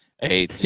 hey